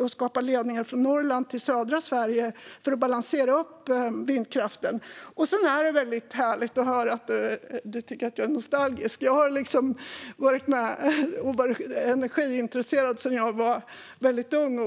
och skapa ledningar från Norrland till södra Sverige för att balansera upp vindkraften. Sedan är det väldigt härligt att höra att Lorentz Tovatt tycker att jag är nostalgisk. Jag har varit energiintresserad sedan jag var väldigt ung.